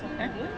eh